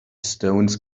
stones